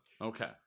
Okay